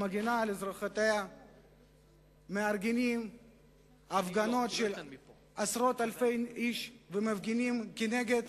אזרחיה מארגנים הפגנות של עשרות אלפי אנשים ומפגינים כנגד